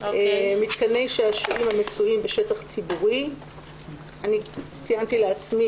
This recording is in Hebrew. (2)מתקני שעשועים המצויים בשטח ציבורי --- ציינתי לעצמי